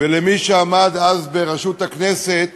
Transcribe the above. ולמי שעמד אז בראשות הכנסת.